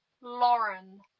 Lauren